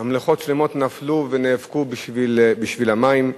ממלכות שלמות נפלו ונאבקו בשביל המים.